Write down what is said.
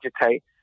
agitate